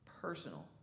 personal